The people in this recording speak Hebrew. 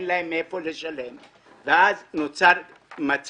אין להם מאיפה לשלם, ואז נוצר מצב